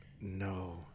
No